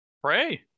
pray